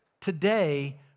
today